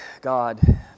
God